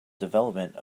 development